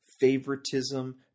favoritism